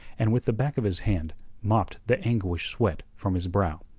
and with the back of his hand mopped the anguish-sweat from his brow.